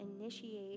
initiate